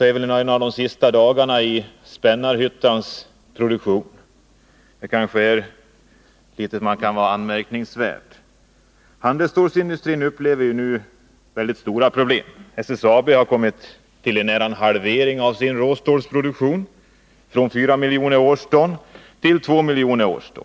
är väl en av de sista dagarna i Spännarhyttans produktion. Det kanske är något att lägga märke till. Handelsstålsindustrin upplever nu mycket stora problem. SSAB har kommit ner till nära en halvering av sin råstålsproduktion — från 4 miljoner årston till 2 miljoner årston.